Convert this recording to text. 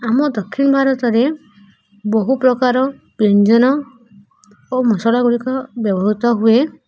ଆମ ଦକ୍ଷିଣ ଭାରତରେ ବହୁ ପ୍ରକାର ବ୍ୟଞ୍ଜନ ଓ ମସଲା ଗୁଡ଼ିକ ବ୍ୟବହୃତ ହୁଏ